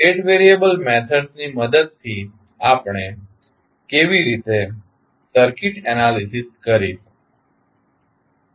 state variable મેથડ્સની મદદથી આપણે કેવી રીતે સર્કિટ એનાલીસીસ કરીશું